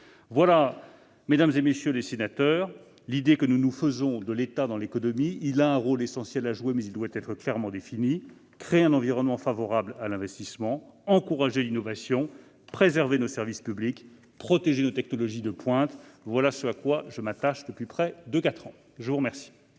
est, mesdames, messieurs les sénateurs, l'idée que nous nous faisons de l'État dans l'économie. Il a un rôle essentiel à jouer, mais celui-ci doit être clairement défini : créer un environnement favorable à l'investissement, encourager l'innovation, préserver nos services publics, protéger nos technologies de pointe. Voilà ce à quoi je m'attache depuis près de quatre ans.